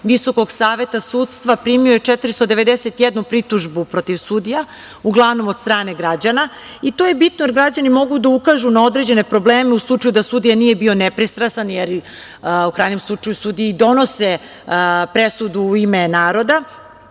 Visokog saveta sudstva primio je 491 pritužbu protiv sudija, uglavnom od strane građana. To je bitno, jer građani mogu da ukažu na određene problema da u slučaju sudija nije bio nepristrasan, jer u krajnjem slučaju, sudije i donose presudu u ime naroda,